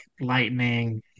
lightning